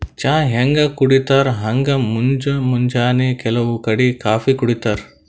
ಚಾ ಹ್ಯಾಂಗ್ ಕುಡಿತರ್ ಹಂಗ್ ಮುಂಜ್ ಮುಂಜಾನಿ ಕೆಲವ್ ಕಡಿ ಕಾಫೀ ಕುಡಿತಾರ್